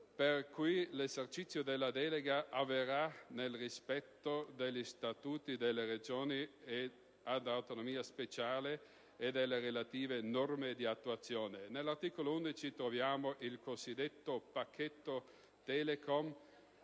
per cui l'esercizio della delega avverrà nel rispetto degli statuti delle Regioni ad autonomia speciale e delle relative norme di attuazione. Nell'articolo 11 troviamo il cosiddetto pacchetto Telecom